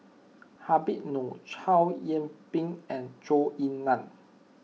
Habib Noh Chow Yian Ping and Zhou Ying Nan